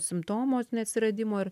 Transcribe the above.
simptomo atsiradimo ir